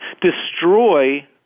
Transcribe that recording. destroy